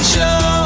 Show